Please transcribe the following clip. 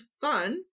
fun